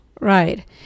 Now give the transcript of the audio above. Right